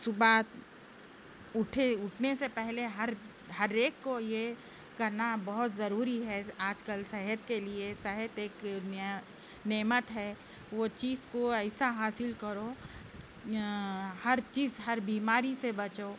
صبح اٹھے اٹھنے سے پہلے ہر ہر ایک کو یہ کرنا بہت ضروری ہے آج کل صحت کے لیے صحت ایک نے نعمت ہے وہ چیز کو ایسا حاصل کرو ہر چیز ہر بیماری سے بچو